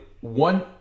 one